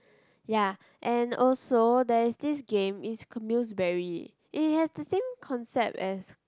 ya and also there is this game is muse berry it has the same concept as